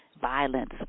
violence